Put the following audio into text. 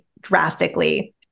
drastically